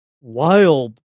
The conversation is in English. wild